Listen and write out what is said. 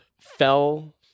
fell